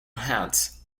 heads